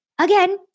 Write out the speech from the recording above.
again